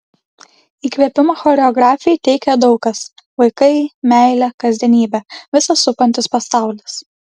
įkvėpimą choreografei teikia daug kas vaikai meilė kasdienybė visas supantis pasaulis